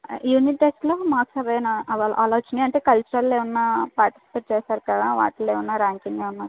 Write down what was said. unit టెస్ట్లో marks అవేనా అ అలా వచ్చాయి అంటే కల్చరల్లో ఏమైనా పార్టిసిపేట్ చేసారు కదా వాటిల్లో ఏమైనా ర్యాంకింగ్ ఏమైనా